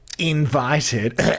Invited